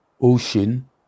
Ocean